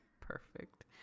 Perfect